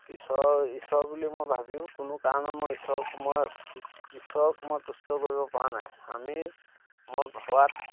ঈশ্বৰৰ ঈশ্বৰ বুলি মই ভাবিও কোনো কাৰণত মই ঈশ্বৰক মই ঈশ্বৰক মই তুষ্ট কৰিবপৰা নাই আমি মই ভবাত